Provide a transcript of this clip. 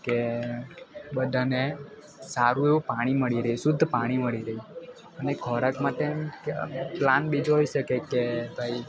કે બધાને સારું એવું પાણી મળી રહે શુદ્ધ પાણી રહે અને ખોરાક માટે તેમ પ્લાન બીજો હોય શકે કે કંઈ